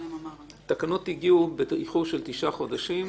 התקנות הגיעו באיחור של תשעה חודשיים,